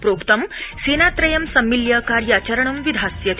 प्रोक्तं च सेनात्रयं सम्मिल्य कार्याचरणं विधास्यति